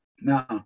Now